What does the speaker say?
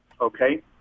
Okay